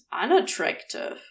unattractive